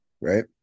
right